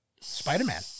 Spider-Man